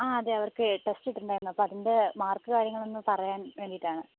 ആ അതെ അവർക്ക് ടെസ്റ്റ് ഇട്ടിട്ടുണ്ടായിരുന്നു അപ്പോൾ അതിൻ്റെ മാർക്ക് കാര്യങ്ങളൊന്ന് പറയാൻ വേണ്ടിയിട്ടാണ്